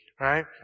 right